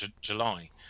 July